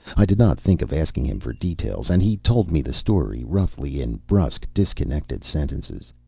i did not think of asking him for details and he told me the story roughly in brusque, disconnected sentences.